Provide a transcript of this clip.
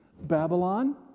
Babylon